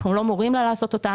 אנחנו לא מורים לה לעשות אותה,